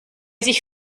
sich